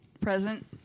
Present